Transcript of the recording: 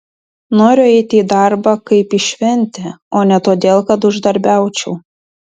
noriu eiti į darbą kaip į šventę o ne todėl kad uždarbiaučiau